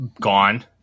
gone